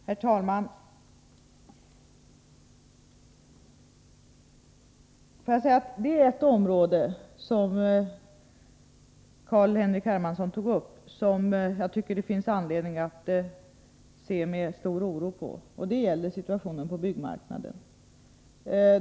Herr talman! Ett område som jag tycker det finns anledning att se på med stor oro och som Carl-Henrik Hermansson nämnde är byggmarknaden.